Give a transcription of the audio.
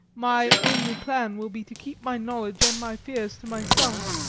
my only plan will be to keep my knowledge and my fears to myself,